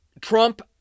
Trump